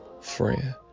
friend